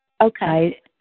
Okay